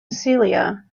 celia